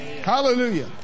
Hallelujah